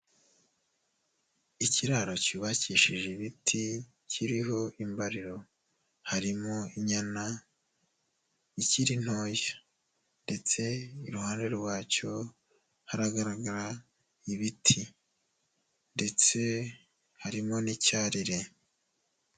Ikiraro cyubakishije ibiti kiriho imbariro, harimo inyana ikiri ntoya ndetse iruhande rwacyo haragaragara ibiti ndetse harimo n'icyarire.